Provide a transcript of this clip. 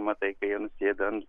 matai kai jie nusėda ant